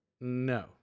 No